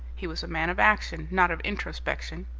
he was a man of action, not of introspection.